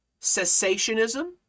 cessationism